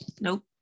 Nope